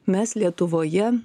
mes lietuvoje